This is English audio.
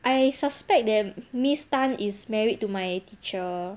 I suspect that miss tan is married to my teacher